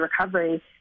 recovery